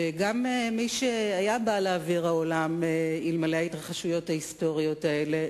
גם מי שהיה בא לאוויר העולם אלמלא ההתרחשויות ההיסטוריות האלה,